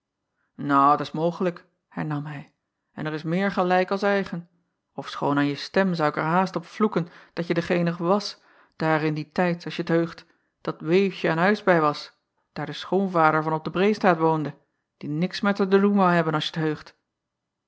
s mogelijk hernam hij en er is meer gelijk as eigen ofschoon an je stem zou ik er haast op vloeken dat je degenige was daar in dien tijd als t je heugt dat weeuwtje an huis bij was daar de schoonvader van op de acob van ennep laasje evenster delen reêstraat woonde die niks met r te doen woû hebben als je t heugt